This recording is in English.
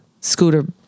scooter